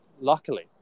Luckily